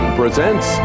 presents